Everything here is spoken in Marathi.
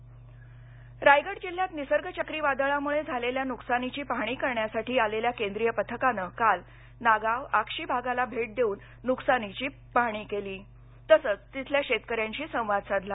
रायगड केंद्रीय पाहणी पथक रायगड जिल्ह्यात निसर्ग चक्रीवादळामुळे झालेल्या नुकसानीची पाहणी करण्यासाठी आलेल्या केंद्रीय पथकाने काल नागाव आक्षी भागाला भेट देऊन नुकसानाची पाहणी केली तसंच तिथल्या शेतकऱ्यांशी संवाद साधला